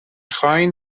خواین